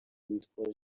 witwa